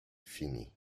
fini